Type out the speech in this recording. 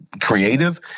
creative